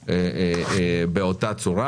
בשווה.